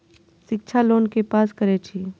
शिक्षा लोन के पास करें छै?